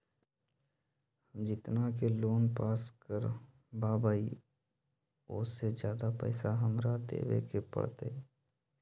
हम जितना के लोन पास कर बाबई ओ से ज्यादा पैसा हमरा देवे के पड़तई?